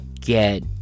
get